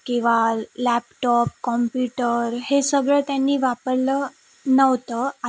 किंवा laptop computer हे सगळं त्यांनी वापरलं नव्हतं